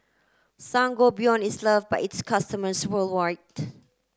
Sangobion is love by its customers worldwide